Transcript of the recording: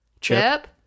Chip